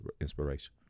inspiration